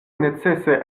necese